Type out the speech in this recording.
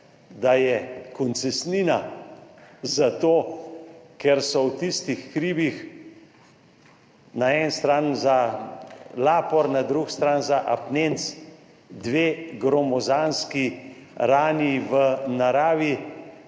da je koncesnina zato, ker sta v tistih hribih, na eni strani za lapor, na drugi strani za apnenec, dve gromozanski rani v naravi,